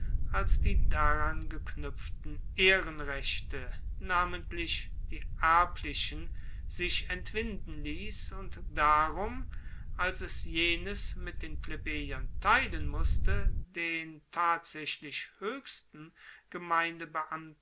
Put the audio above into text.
als die daran geknuepften ehrenrechte namentlich die erblichen sich entwinden liess und darum als es jenes mit den plebejern teilen musste den tatsaechlich hoechsten